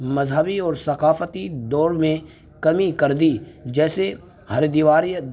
مذہبی اور ثقافتی دوڑ میں کمی کر دی جیسے ہردوار